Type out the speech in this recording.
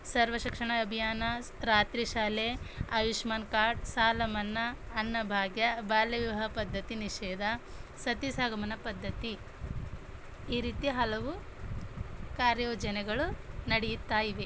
ಸರ್ವ ಶಿಕ್ಷಣ ಅಭಿಯಾನ ರಾತ್ರಿ ಶಾಲೆ ಆಯುಷ್ಮಾನ್ ಕಾರ್ಡ್ ಸಾಲ ಮನ್ನ ಅನ್ನಭಾಗ್ಯ ಬಾಲ್ಯ ವಿವಾಹ ಪದ್ಧತಿ ನಿಷೇಧ ಸತಿ ಸಹಗಮನ ಪದ್ಧತಿ ಈ ರೀತಿ ಹಲವು ಕಾರ್ಯಯೋಜನೆಗಳು ನಡೆಯುತ್ತಾಯಿವೆ